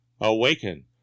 Awaken